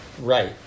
right